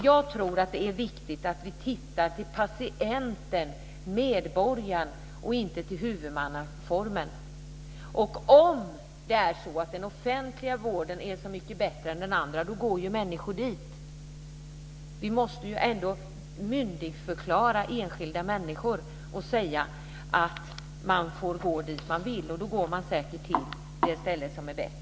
Jag tror att det är viktigt att vi ser till patienten - medborgaren - och inte till huvudmannaformen. Om det är så att den offentliga vården är så mycket bättre än den andra går ju människor dit. Vi måste ändå myndigförklara enskilda människor och säga att de får gå dit de vill. Då går de säkert till det ställe som är bäst.